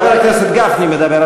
חבר הכנסת גפני מדבר,